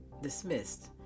dismissed